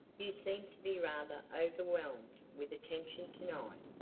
you seem to be rather overwhelmed with attention to-night,